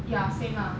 ya same lah